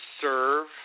serve